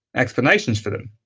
explanations for them